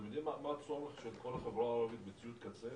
אתם יודעים מה הצורך של כל החברה הערבית בציוד קצה,